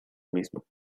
mismo